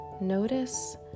Notice